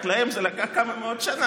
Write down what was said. רק להם זה לקח כמה שנים,